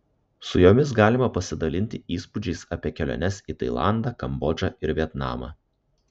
su jomis galima pasidalinti įspūdžiais apie keliones į tailandą kambodžą ir vietnamą